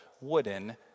wooden